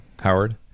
Howard